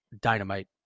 dynamite